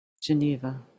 Geneva